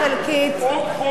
עוד חוק,